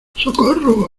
socorro